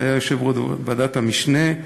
שהיה יושב-ראש ועדת המשנה,